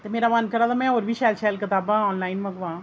ते मेरा मन करा दा में होर बी कताबां शैल शैल ऑनलाइन मगां